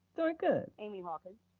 doing good. amy hawkins.